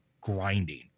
grinding